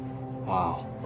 Wow